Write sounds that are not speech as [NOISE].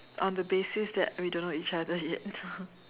on the basis that we don't know each other yet [LAUGHS]